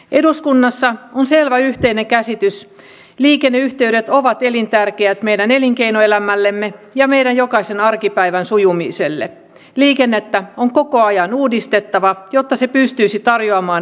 eduskunnassa on selvä yhteinen käsitys on suomen geostrateginen asema sotilasliiton rajalla ja suurvallan naapurina on otettava huomioon puolustuksen kehittämisessä